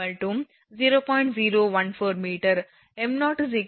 014 மீ m0 0